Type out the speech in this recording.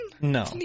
No